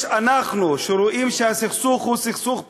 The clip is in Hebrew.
יש אנחנו, אלה שרואים שהסכסוך הוא סכסוך פוליטי,